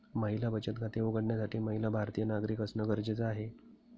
महिला बचत खाते उघडण्यासाठी महिला भारतीय नागरिक असणं गरजेच आहे